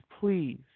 please